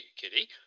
Kitty